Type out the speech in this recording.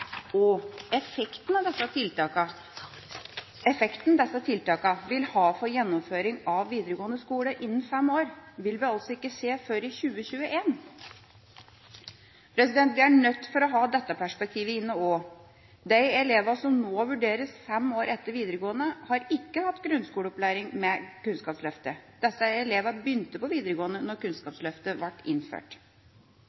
Effekten disse tiltakene vil ha for gjennomføring av videregående skole innen fem år, vil vi altså ikke se før i 2021. Vi er nødt til å ha dette perspektivet inne også. De elevene som nå vurderes fem år etter videregående, har ikke hatt grunnskoleopplæring med Kunnskapsløftet. Disse elevene begynte på videregående